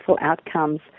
outcomes